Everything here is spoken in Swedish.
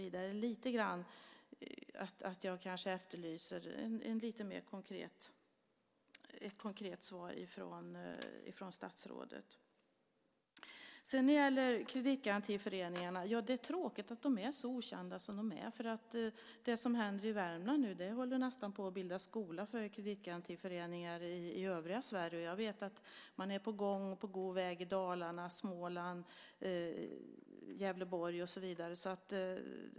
Jag efterlyser nog ett lite mer konkret svar från statsrådet. Det är tråkigt att kreditgarantiföreningarna är så okända som de är, för det som händer i Värmland nu håller nästan på att bilda skola för kreditgarantiföreningar i övriga Sverige. Jag vet att man är på god väg i Dalarna, Småland, Gävleborg och så vidare.